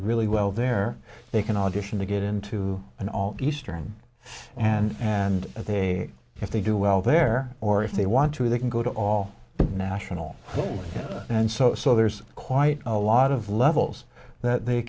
really well there they can audition to get into an eastern and and they if they do well there or if they want to they can go to all the national and so so there's quite a lot of levels that they